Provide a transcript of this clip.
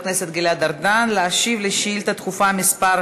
הכנסת גלעד ארדן להשיב על שאילתה דחופה מס'